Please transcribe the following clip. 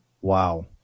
Wow